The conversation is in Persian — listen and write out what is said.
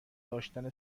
داشتن